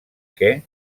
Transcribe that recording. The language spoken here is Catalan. que